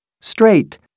straight